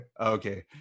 Okay